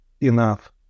enough